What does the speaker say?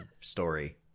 Story